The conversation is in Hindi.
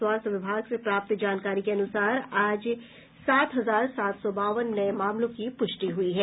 स्वास्थ्य विभाग से प्राप्त जानकारी के अनुसार आज सात हजार सात सौ बावन नये मामलों की पुष्टि हुई है